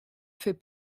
fait